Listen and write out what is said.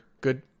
good